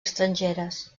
estrangeres